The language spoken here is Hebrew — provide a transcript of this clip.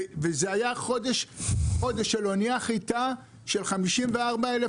זה היה חודש של אניית חיטה של 54 אלף